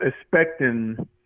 expecting –